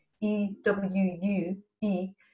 E-W-U-E